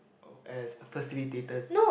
oh as facilitators